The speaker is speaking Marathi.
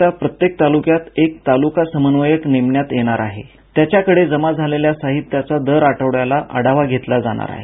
या कामाकरिता प्रत्येक तालूक्यात एक तालूका समन्वय नेमण्यात येणार असून त्यांच्याकडे जमा झालेल्या साहित्याचा दर आठवड्याला आढावा घेतला जाणार आहे